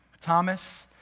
Thomas